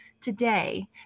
today